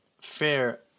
fair